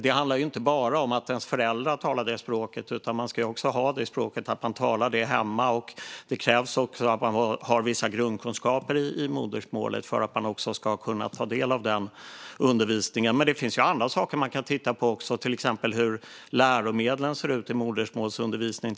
Det handlar inte bara om att ens föräldrar talar det språket, utan man ska också tala det språket hemma. Det krävs också att man har vissa grundkunskaper i modersmålet för att man ska kunna ta del av den undervisningen. Det finns andra saker man kan titta på också, till exempel hur läromedlen ser ut i modersmålsundervisningen.